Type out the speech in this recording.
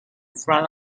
front